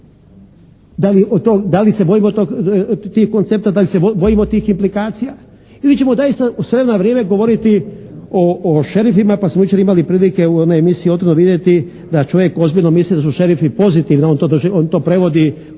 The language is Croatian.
Da li se bojimo tog, tih koncepta? Da li se bojimo tih implikacija? Ili ćemo doista s vremena na vrijeme govoriti o šerifima pa smo jučer imali prilike u onoj emisiji «Otvoreno» vidjeti da čovjek ozbiljno misli da su šerifi pozitivni. On to, on to prevodi, konotira